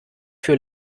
für